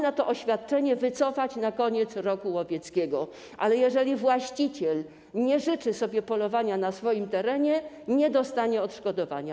Można to oświadczenie wycofać na koniec roku łowieckiego, ale jeżeli właściciel nie życzy sobie polowania na swoim terenie, nie dostanie odszkodowania.